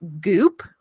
goop